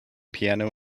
piano